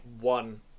one